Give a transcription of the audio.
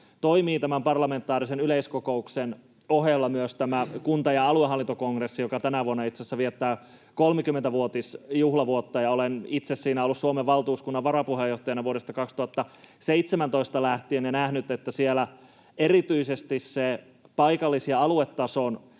toimii parlamentaarisen yleiskokouksen ohella myös kunta- ja aluehallintokongressi, joka tänä vuonna itse asiassa viettää 30-vuotisjuhlavuottaan. Olen itse siinä ollut Suomen valtuuskunnan varapuheenjohtajana vuodesta 2017 lähtien ja nähnyt, että siellä erityisesti paikallis- ja aluetason